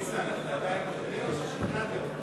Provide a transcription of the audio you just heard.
ניסן, אתה עדיין מבטל או ששכנעתי אותך?